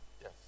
Yes